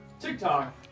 TikTok